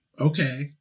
okay